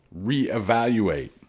reevaluate